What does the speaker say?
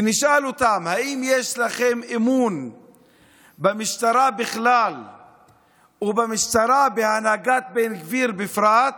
ונשאל אותם: האם יש לכם אמון במשטרה בכלל ובמשטרה בהנהגת בן גביר בפרט?